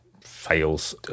Fails